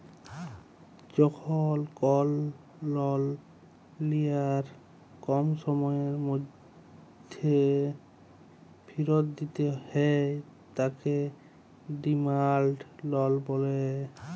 যখল কল লল লিয়ার কম সময়ের ম্যধে ফিরত দিতে হ্যয় তাকে ডিমাল্ড লল ব্যলে